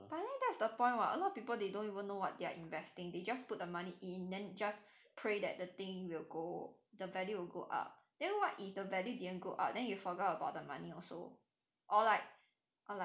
but then that's the point [what] a lot of people they don't even know what they're investing they just put the money in then just pray that the thing will go the value will go up then what if the value didn't go up then you forgot about the money also or like or like